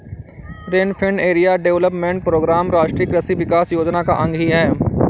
rainfed area development programme राष्ट्रीय कृषि विकास योजना का अंग ही है